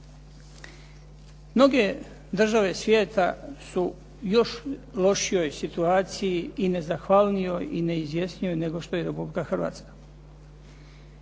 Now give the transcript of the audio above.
Mnoge države svijeta su u još lošijoj situaciji i nezahvalnijoj i neizvjesnijoj nego što je Republika Hrvatska.